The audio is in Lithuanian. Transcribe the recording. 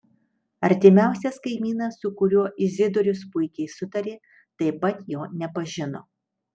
artimiausias kaimynas su kuriuo izidorius puikiai sutarė taip pat jo nepažino